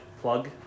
plug